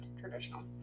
traditional